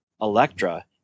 Electra